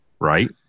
right